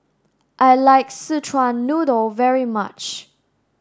I like Szechuan noodle very much